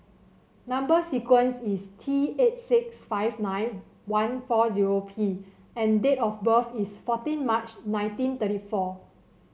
number sequence is T eight six five nine one four zero P and date of birth is fourteen March nineteen thirty four